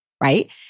right